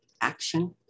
action